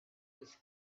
was